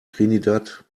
trinidad